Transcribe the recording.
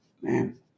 Man